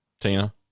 Tina